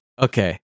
Okay